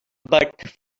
but